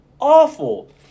Awful